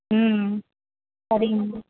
ம் சரிங்கம்மா